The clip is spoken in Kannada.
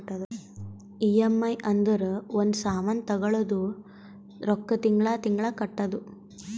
ಇ.ಎಮ್.ಐ ಅಂದುರ್ ಒಂದ್ ಸಾಮಾನ್ ತಗೊಳದು ರೊಕ್ಕಾ ತಿಂಗಳಾ ತಿಂಗಳಾ ಕಟ್ಟದು